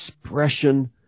expression